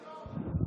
איבדתם שלטון,